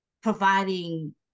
providing